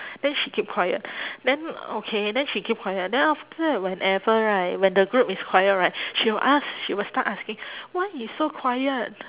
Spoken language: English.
then she keep quiet then okay then she keep quiet then after that whenever right when the group is quiet right she will ask she will start asking why you so quiet